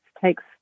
takes